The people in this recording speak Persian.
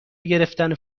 گرفتن